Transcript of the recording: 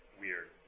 weird